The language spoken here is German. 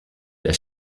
der